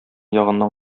ягыннан